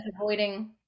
avoiding